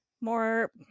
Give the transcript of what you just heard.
more